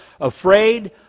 Afraid